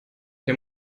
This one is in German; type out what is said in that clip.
der